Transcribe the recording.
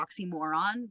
oxymoron